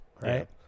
right